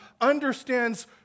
understands